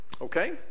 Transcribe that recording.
Okay